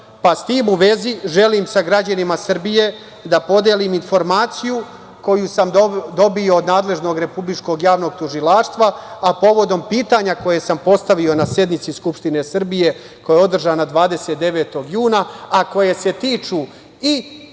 pa sa tim u vezi želim sa građanima Srbije da podelim informaciju koju sam dobio od nadležnog Republičkog javnog tužilaštva, a povodom pitanja koja sam postavio na sednici Skupštine Srbije koja je održana 29. juna, a koje se tiču i